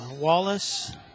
Wallace